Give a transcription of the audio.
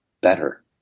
better